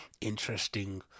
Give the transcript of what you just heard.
interesting